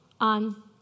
on